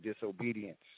disobedience